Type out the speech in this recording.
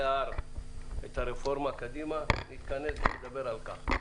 ההר את הרפורמה קדימה נתכנס לדבר על כך.